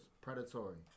Predatory